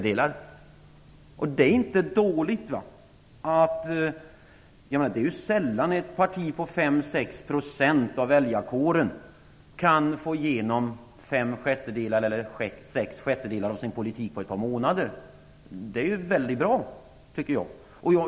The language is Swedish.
Det är inte dåligt. Det är sällan som ett parti med 5-6 % av väljarkåren kan få igenom 5 6 av sin politik på ett par månader. Jag tycker att det är mycket bra.